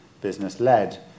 business-led